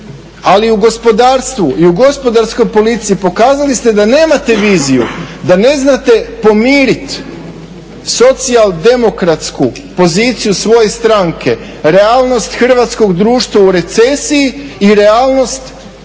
Ali u gospodarstvu i u gospodarskoj politici pokazali ste da nemate viziju, da ne znate pomirit socijaldemokratsku poziciju svoje stranke, realnost hrvatskog društva u recesiji i realnost